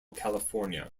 california